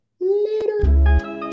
later